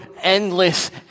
endless